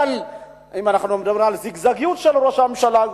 אם אנחנו מדברים על הזיגזגיות של ראש הממשלה,